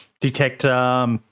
detect